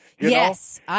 Yes